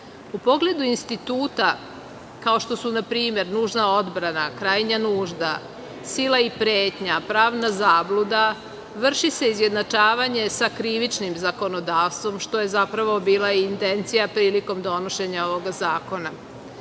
U pogledu instituta kao što su npr. nužna odbrana, krajnja nužda, sila i pretnja, pravna zabluda, vrši se izjednačavanje sa krivičnim zakonodavstvom što je zapravo bila i intencija prilikom donošenja ovog zakona.